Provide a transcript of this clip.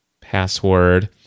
password